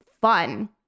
fun